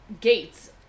gates